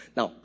Now